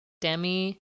Demi